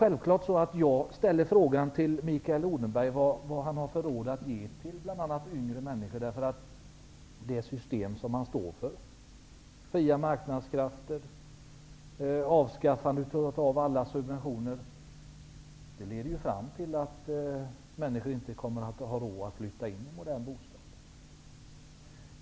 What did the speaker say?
Självklart ställer jag frågan till Mikael Odenberg vad han har för råd att ge bl.a. unga människor därför att det system som han står för -- fria marknadskrafter, avskaffandet av alla subventioner -- leder fram till att människor inte kommer att ha råd att flytta in i nya bostäder.